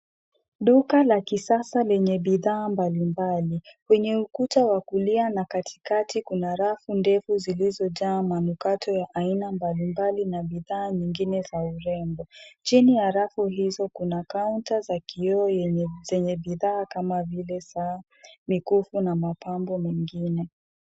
Duka la kisasa lenye bidhaa mbali mbali. Kwenye ukuta wa kulia na katikati kuna rafu ndefu zilizo jaa manukato ya aina mbalimbali na bidhaa nyingine za urembo. Chini ya rafu hizo kuna kaunta za kioo zenye bidhaa kama vile saa, mikufu na mapambo mengine.